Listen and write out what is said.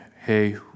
hey